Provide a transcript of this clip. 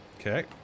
Okay